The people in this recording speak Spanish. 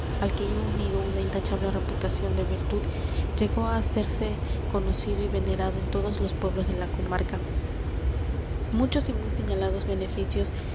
al que iba unido una intachable reputación de virtud llegó á hacerse conocido y venerado en todos los pueblos de la comarca muchos y muy señalados beneficios